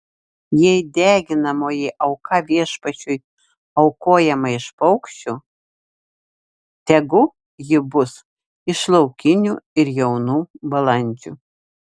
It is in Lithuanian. jei deginamoji auka viešpačiui aukojama iš paukščių tegu ji bus iš laukinių ir jaunų balandžių